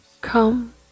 Come